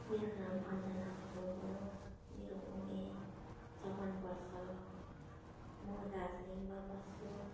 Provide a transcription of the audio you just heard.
मेरो नाम अञ्जना थुलुङ हो मेरो उमेर चौवन वर्ष म दार्जिलिङमा बस्छु